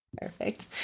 Perfect